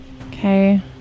Okay